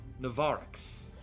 Navarix